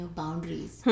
boundaries